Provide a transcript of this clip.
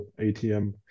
ATM